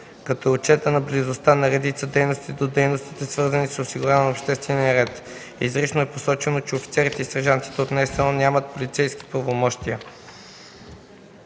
като е отчетена близостта на редица дейности до дейностите, свързани с осигуряването на обществения ред. Изрично е посочено, че офицерите и сержантите от НСО нямат полицейски правомощия.